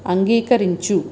అంగీకరించు